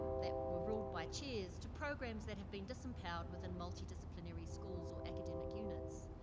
that were ruled by chairs, to programs that have been disempowered within multidisciplinary schools or academic units.